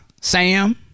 Sam